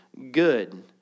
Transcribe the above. good